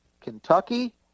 Kentucky